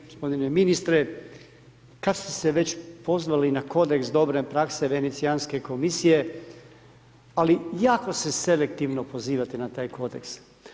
Gospodine ministre, kada ste se već pozvali na kodeks dobre prakse Venecijanske komisije ali jako se selektivno pozivate na taj kodeks.